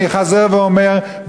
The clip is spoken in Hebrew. אני חוזר ואומר,